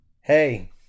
hey